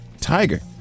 Tiger